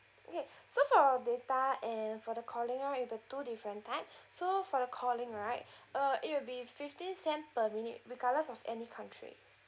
okay so for data and for the calling [one] we have two different type so for the calling right uh it will be fifteen cent per minute regarding of any country